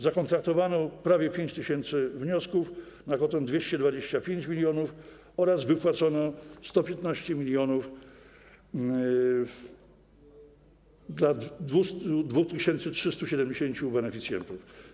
Zakontraktowano prawie 5 tys. wniosków na kwotę 225 mln zł oraz wypłacono 115 mln zł dla 2370 beneficjentów.